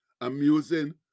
amusing